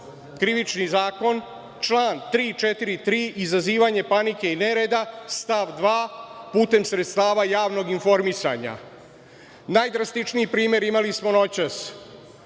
Krivični zakon, član 343. – izazivanje panike i nereda, stav 2, putem sredstava javnog informisanja? Najdrastičniji primer imali smo noćas.